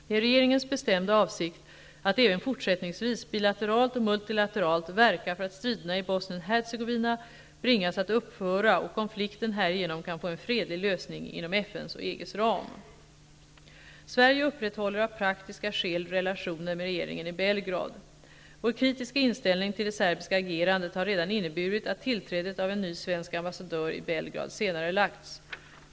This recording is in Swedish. Det är regeringens bestämda avsikt att även fortsättningsvis bilateralt och multilateralt verka för att striderna i Bosnien Hercegovina bringas att upphöra så att konflikten härigenom kan få en fredlig lösning inom FN:s och Sverige upprätthåller av praktiska skäl relationer med regeringen i Belgrad. Vår kritiska inställning till det serbiska agerandet har redan inneburit att tillträdet av en ny svensk ambassadör i Belgrad senarelagts.